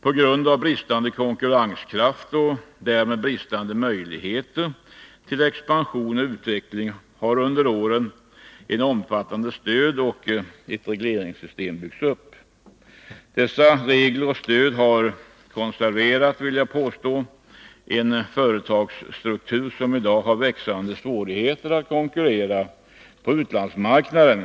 På grund av bristande konkurrenskraft och därmed bristande möjligheter till expansion och utveckling har under åren ett omfattande stöd och ett regleringssystem byggts upp. Dessa regler och detta stöd har, vill jag påstå, konserverat en företagsstruktur som innebär att svårigheterna i dag växer när det gäller att konkurrera på utlandsmarknaden.